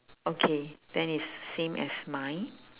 okay then it's same as mine